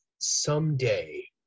someday